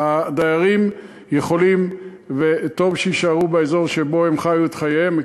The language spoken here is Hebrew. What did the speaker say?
הדיירים יכולים וטוב שיישארו באזור שבו הם חיו את חייהם,